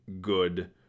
good